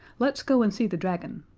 let's go and see the dragon.